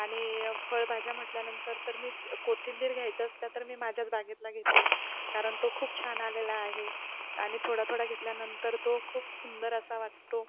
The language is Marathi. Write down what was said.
आणि फळभाज्या म्हटल्यानंतर तर मी कोथिंबीर घ्यायचं असतं तर मी माझ्याच बागेतला घेते कारण तो खूप छान आलेला आहे आणि थोडाथोडा घेतल्यानंतर तो खूप सुंदर असा वाटतो